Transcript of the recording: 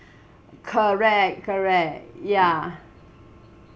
correct correct ya